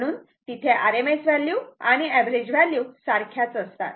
म्हणून तिथे RMS value आणि एव्हरेज व्हॅल्यू सारख्याच असतात